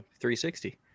360